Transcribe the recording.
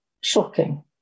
Shocking